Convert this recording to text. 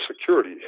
security